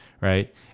right